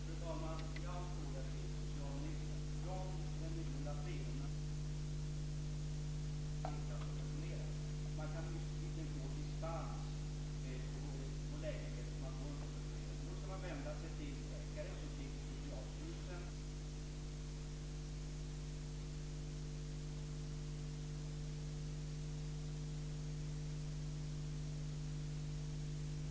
Fru talman! Jag har en fråga till socialministern. fr.o.m. den 9 april kommer Viagra och Xenical inte att subventioneras. Visserligen kan man få dispens så att man får läkemedlen subventionerade men då ska man vända sig till läkare som skriver till Socialstyrelsen, som remitterar till Läkemedelsverket och Riksförsäkringsverket. Sedan ska Socialdepartementet göra en sammanställning och regeringen avgöra om patienten ska få sitt läkemedel subventionerat eller ej.